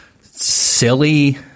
silly